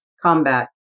combat